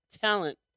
talent